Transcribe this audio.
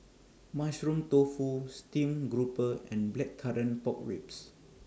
Mushroom Tofu Steamed Grouper and Blackcurrant Pork Ribs